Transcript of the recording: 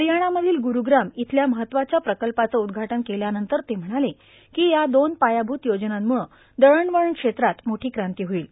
हरियाणामधील गुरूग्राम इथल्या महत्वाच्या प्रकल्पाचं उद्घाटन केल्यानंतर ते म्हणाले की या दोन पायाभूत योजनांमुळं दळणवळण क्षेत्रात मोठी क्रांती होईल